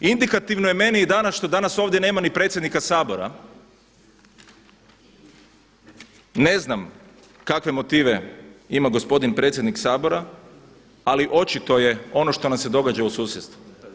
Indikativno je meni i danas što danas ovdje nema ni predsjednika Sabora, ne znam kakve motive ima gospodin predsjednik Sabora, ali očito je ono što nam se događa u susjedstvu.